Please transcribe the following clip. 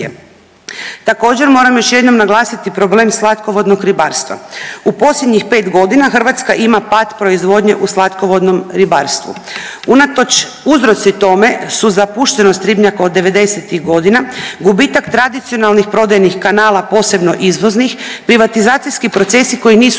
Također moram još jednom naglasiti problem slatkovodnog ribarstva. U posljednjih 5 godina Hrvatska ima pad proizvodnje u slatkovodnom ribarstvu. Unatoč, uzroci tome su zapuštenost ribnjaka od '90.-ih godina, gubitak tradicionalnih prodajnih kanala posebno izvoznih, privatizacijski procesi koji nisu